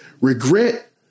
regret